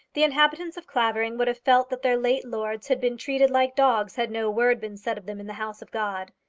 the inhabitants of clavering would have felt that their late lords had been treated like dogs, had no word been said of them in the house of god.